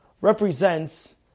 represents